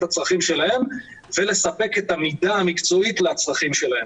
הצרכים שלהם ולספק את המידה המקצועית לצרכים שלהם.